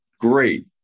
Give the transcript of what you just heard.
great